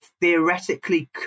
theoretically